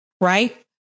right